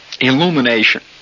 illumination